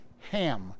ham